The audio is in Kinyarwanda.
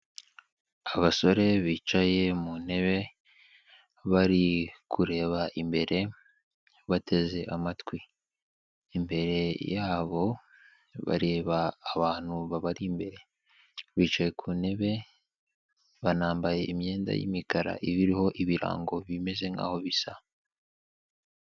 Abasore bicaye mu ntebe, bari kureba imbere, bateze amatwi, imbere yabo bareba abantu babari imbere, bicaye ku ntebe, banambaye imyenda y'imikara iba iriho ibirango bimeze nk'aho bisa.